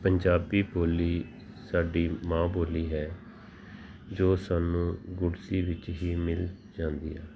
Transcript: ਪੰਜਾਬੀ ਬੋਲੀ ਸਾਡੀ ਮਾਂ ਬੋਲੀ ਹੈ ਜੋ ਸਾਨੂੰ ਗੁੜਤੀ ਵਿੱਚ ਹੀ ਮਿਲ ਜਾਂਦੀ